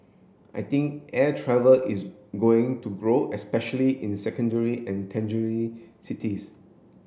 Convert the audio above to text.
I think air travel is going to grow especially in secondary and cities